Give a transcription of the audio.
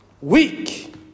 Weak